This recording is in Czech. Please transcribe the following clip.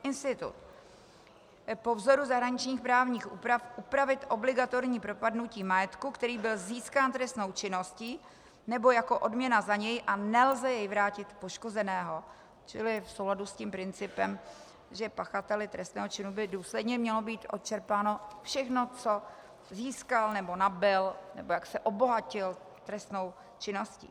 Po vzoru zahraničních právních úprav upravit obligatorní propadnutí majetku, který byl získán trestnou činností nebo jako odměna za ni a nelze jej vrátit poškozenému, čili v souladu s principem, že pachateli trestného činu by důsledně mělo být odčerpáno všechno, co získal nebo nabyl, nebo jak se obohatil trestnou činností.